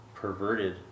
perverted